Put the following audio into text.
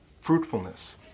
fruitfulness